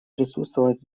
присутствовать